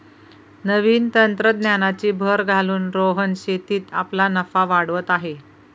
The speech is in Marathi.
नवीन तंत्रज्ञानाची भर घालून रोहन शेतीत आपला नफा वाढवत आहे